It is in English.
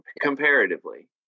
Comparatively